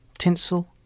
Tinsel